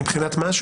מבחינת מה?